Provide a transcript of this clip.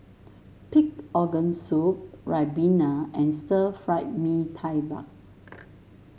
Pig Organ Soup ribena and Stir Fry Mee Tai Mak